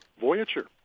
Voyager